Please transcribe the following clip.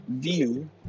view